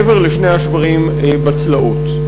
מעבר לשני השברים בצלעות.